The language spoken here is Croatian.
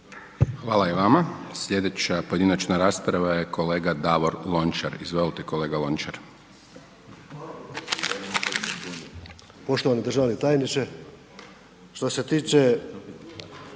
Hvala i vama. Sljedeća pojedinačna rasprava je kolega Davor Lončar. Izvolite kolega Lončar.